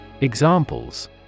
Examples